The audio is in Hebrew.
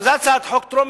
זו הצעת חוק טרומית.